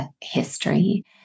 history